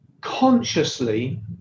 consciously